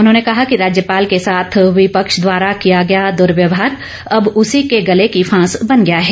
उन्होंने कहा कि राज्यपाल के साथ विपक्ष द्वारा किया गया दुर्वयवहार अब उसी के गले की फांस बन गया है